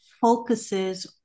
focuses